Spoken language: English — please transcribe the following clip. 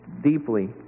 deeply